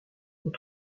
aux